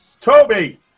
Toby